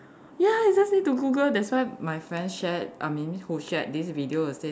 ya you just need to Google that's why my friend shared I mean who shared this video will say that